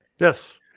Yes